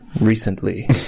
recently